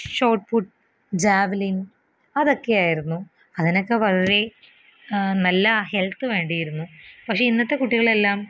short put javelin അതൊക്കെയായിരുന്നു അതിനൊക്കെ വളരെ നല്ല ഹെല്ത്ത് വേണ്ടിയിരുന്നു പക്ഷേ ഇന്നത്തെ കുട്ടികളെല്ലാം